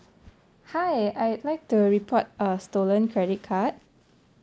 hi I'd like to report a stolen credit card